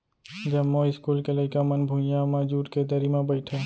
जमो इस्कूल के लइका मन भुइयां म जूट के दरी म बइठय